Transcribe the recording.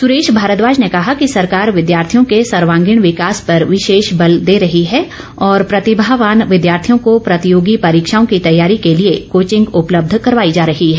सुरेश भारद्वाज ने कहा कि सरकार विद्यार्थियों के सर्वागीण विकास पर विशेष बल दे रही है और प्रतिभावान विद्यार्थियों को प्रतियोगी परीक्षाओं की तैयारी के लिए कोंचिग उपलब्ध करवाई जा रही है